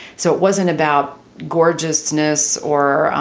so it wasn't about gorgeousness or,